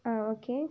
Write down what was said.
ആ ഓക്കേ